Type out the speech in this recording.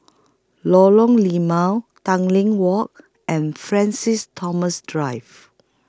Lorong Limau Tanglin Walk and Francis Thomas Drive